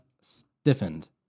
stiffened